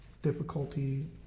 Difficulty